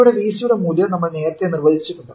ഇവിടെ Vc യുടെ മൂല്യം നമ്മൾ നേരത്തേ നിർവചിച്ചിട്ടുണ്ട്